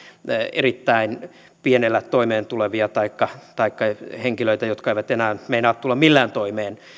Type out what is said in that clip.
erittäin pienellä summalla toimeen tulevia taikka taikka henkilöitä jotka eivät enää meinaa tulla millään toimeen